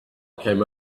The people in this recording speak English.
came